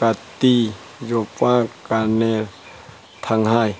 ꯀꯥꯇꯤ ꯌꯣꯝꯄꯥꯛ ꯀꯔꯅꯦꯜ ꯊꯥꯡꯍꯥꯏ